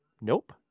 Nope